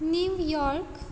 New York